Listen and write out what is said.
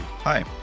Hi